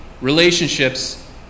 relationships